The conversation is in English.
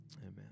Amen